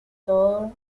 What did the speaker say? todos